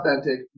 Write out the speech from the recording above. authentic